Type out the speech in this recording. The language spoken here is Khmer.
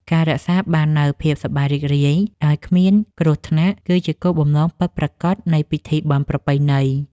ការរក្សាបាននូវភាពសប្បាយរីករាយដោយគ្មានគ្រោះថ្នាក់ គឺជាគោលបំណងពិតប្រាកដនៃពិធីបុណ្យប្រពៃណី។